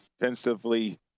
defensively